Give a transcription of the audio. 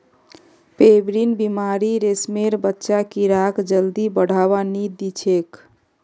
pebrine बीमारी रेशमेर बच्चा कीड़ाक जल्दी बढ़वा नी दिछेक